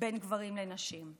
בין גברים לנשים.